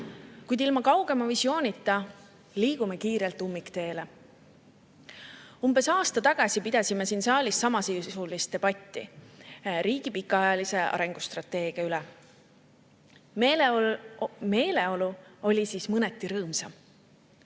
Kuid ilma kaugema visioonita liigume kiirelt ummikteele. Umbes aasta tagasi pidasime siin saalis samasisulist debatti riigi pikaajalise arengustrateegia üle. Meeleolu oli siis mõneti rõõmsam.